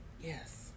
Yes